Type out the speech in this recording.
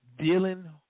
dealing